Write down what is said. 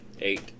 Eight